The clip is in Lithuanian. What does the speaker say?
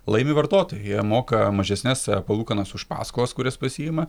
laimi vartotojai jie moka mažesnes palūkanas už paskolas kurias pasiima